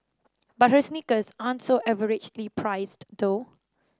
but her sneakers aren't so averagely priced though